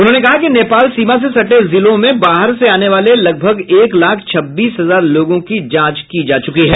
उन्होंने कहा कि नेपाल सीमा से सटे जिलों में बाहर से आने वाले लगभग एक लाख छब्बीस हजार लोगों की जांच की जा चुकी है